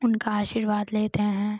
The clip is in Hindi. उनका आशीर्वाद लेते हैं